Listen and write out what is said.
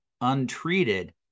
untreated